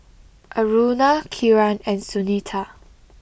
Aruna Kiran and Sunita